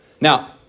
Now